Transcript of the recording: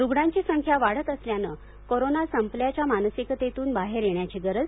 रूग्णांची संख्या वाढत असल्यानं कोरोना संपल्याच्या मानसिकतेतून बाहेर येण्याची गरज